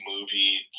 movie